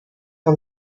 fin